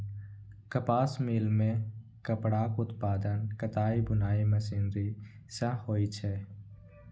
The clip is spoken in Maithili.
कपास मिल मे कपड़ाक उत्पादन कताइ बुनाइ मशीनरी सं होइ छै